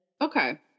Okay